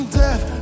death